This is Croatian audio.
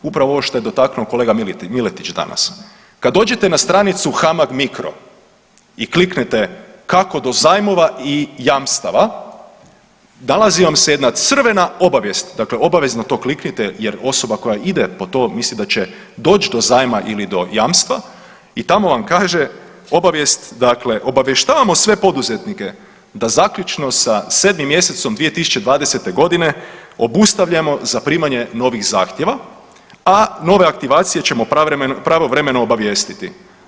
Upravo ovo što je dotaknuo kolega Miletić danas, kad dođete na stranicu HAMAG-Mikro i kliknete kako do zajmova i jamstava, nalazi vam se jedna crvena obavijest dakle obavezno to kliknite jer osoba koja ide po to misli da će doć do zajma ili do jamstva itamo vam kaže obavijest, dakle obavještavamo sve poduzetnike da zaključno sa 7. mjesecom 2020.g. obustavljamo zaprimanje novih zahtjeva, a nove aktivacije ćemo pravovremeno obavijestiti.